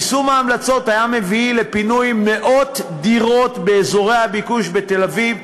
יישום ההמלצות היה מביא לפינוי מאות דירות באזורי הביקוש בתל-אביב,